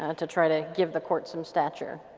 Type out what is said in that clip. and to try to give the courts some stature.